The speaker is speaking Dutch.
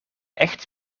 echt